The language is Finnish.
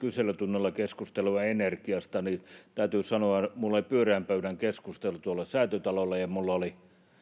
kyselytunnilla oli keskustelua energiasta, niin täytyy sanoa, että minulla oli pyöreän pöydän keskustelu Säätytalolla